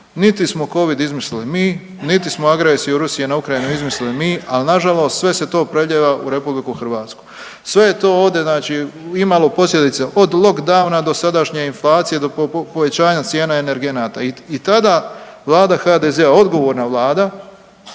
niti smo covid izmislili mi, niti smo agresiju Rusije na Ukrajinu izmislili mi, al nažalost sve se to preljeva u RH. Sve je to ovdje znači imalo posljedice od lockdowna do sadašnje inflacije, do povećanja cijena energenata i tada Vlada HDZ-a, odgovorna vlada